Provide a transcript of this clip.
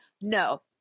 No